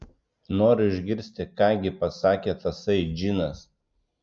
noriu išgirsti ką gi pasakė tasai džinas